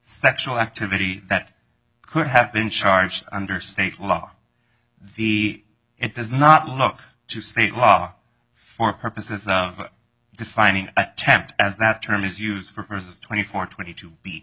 sexual activity that could have been charged under state law the it does not look to state law for purposes of defining attempt as that term is used for purposes twenty four twenty two